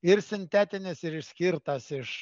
ir sintetinis ir išskirtas iš